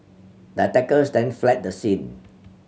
the attackers then fled the scene